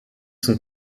sont